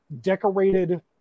decorated